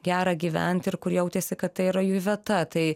gera gyvent ir kur jautėsi kad tai yra jų vieta tai